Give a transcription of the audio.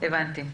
הבנתי.